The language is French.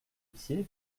pied